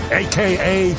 aka